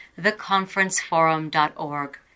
theconferenceforum.org